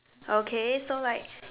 okay so like